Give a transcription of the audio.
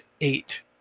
eight